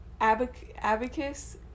abacus